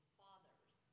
fathers